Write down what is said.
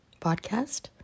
podcast